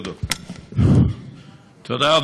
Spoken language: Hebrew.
תודה.